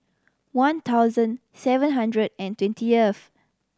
one thousand seven hundred and twentieth